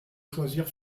choisir